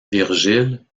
virgile